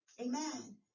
Amen